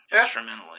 instrumentally